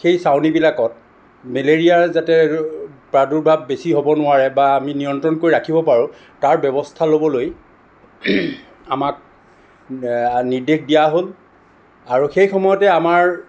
সেই চাউনীবিলাকত মেলেৰিয়াৰ যাতে প্ৰাদুৰ্ভাৱ বেছি হ'ব নোৱাৰে বা আমি নিয়ন্ত্ৰণ কৰি ৰাখিব পাৰোঁ তাৰ ব্য়ৱস্থা ল'বলৈ আমাক নিৰ্দেশ দিয়া হ'ল আৰু সেই সময়তে আমাৰ